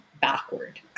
backward